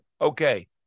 okay